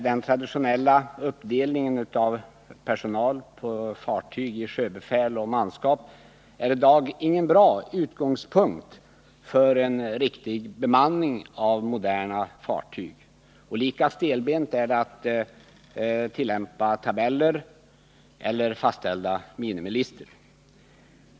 Den traditionella uppdelningen av personal på fartyg i sjöbefäl och manskap är i dag ingen bra utgångspunkt för en riktig bemanning av moderna fartyg. Lika stelbent är det att tillämpa tabeller eller fastställda minimilistor.